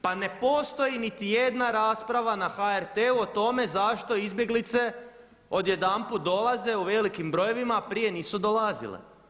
Pa ne postoji niti jedna rasprava na HRT-u o tome zašto izbjeglice odjedanput dolaze u velikim brojevima a prije nisu dolazile.